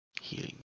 Healing